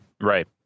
right